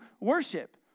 worship